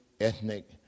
ethnic